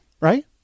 Right